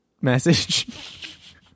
message